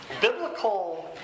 biblical